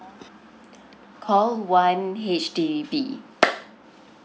call one H_D_B